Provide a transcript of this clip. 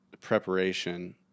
preparation